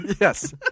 Yes